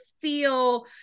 feel